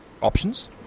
options